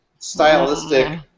Stylistic